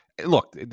Look